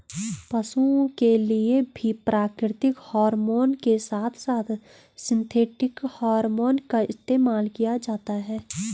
पशुओं के लिए भी प्राकृतिक हॉरमोन के साथ साथ सिंथेटिक हॉरमोन का इस्तेमाल किया जाता है